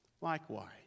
Likewise